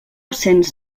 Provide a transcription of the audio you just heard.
cents